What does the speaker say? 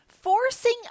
Forcing